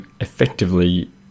effectively